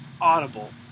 Audible